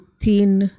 thin